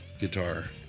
guitar